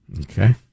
Okay